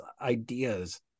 ideas